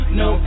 no